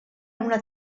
una